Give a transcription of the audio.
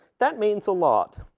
that means a lot.